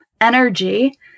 energy